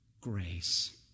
grace